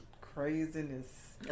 Craziness